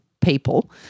people